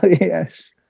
yes